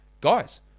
Guys